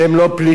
שהם לא פליטים.